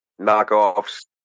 knockoffs